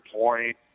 point